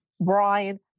Brian